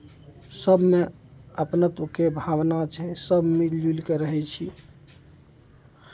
सभमे अपनत्वके भावना छै सभ मिलि जुलि कऽ रहै छी